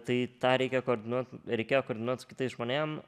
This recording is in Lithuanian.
tai tą reikia koordinuot reikėjo koordinuot su kitais žmonėm